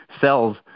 cells